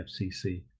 FCC